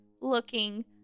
looking